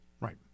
Right